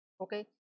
okay